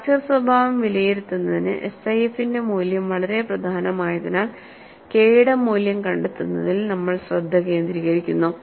fracture സ്വഭാവം വിലയിരുത്തുന്നതിന് SIF ന്റെ മൂല്യം വളരെ പ്രധാനമായതിനാൽ കെ യുടെ മൂല്യം കണ്ടെത്തുന്നതിൽ നമ്മൾ ശ്രദ്ധ കേന്ദ്രീകരിക്കുന്നു